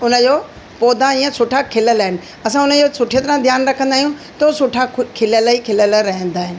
उन जो पौधा ईअं सुठा खिलियलु आहिनि असां उन जो सुठी तरह ध्यानु रखंदा आहियूं त सुठा खिलियलु ई खिलियलु रहंदा आहिनि